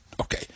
okay